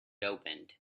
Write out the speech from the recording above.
opened